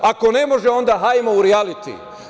Ako ne može, onda hajdemo u rijaliti.